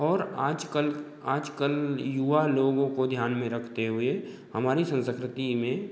और आज कल आज कल युवा लोगों को ध्यान में रखते हुए हमारी संस्कृति में